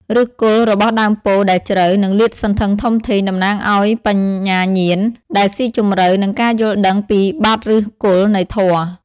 ឫសគល់របស់ដើមពោធិ៍ដែលជ្រៅ និងលាតសន្ធឹងធំធេង តំណាងឱ្យ បញ្ញាញាណដែលស៊ីជម្រៅ និងការយល់ដឹងពីបាតឫសគល់នៃធម៌។